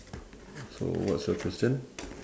so what's your question